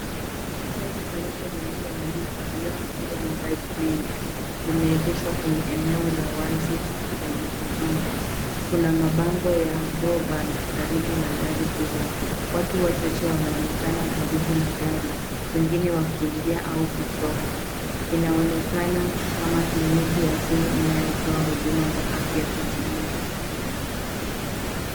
Gari jeupe lililoandikwa Beyond Zero Mobile Clinic limeegeshwa kwenye eneo la wazi lenye udongo. Kuna mabango ya Co-op Bank karibu na gari hilo. Watu wachache wanaonekana karibu na gari, wengine wakiingia au kutoka. Inaonekana kama kliniki asili inayotoa huduma za afya kwa jamii.